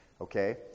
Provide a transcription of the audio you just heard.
Okay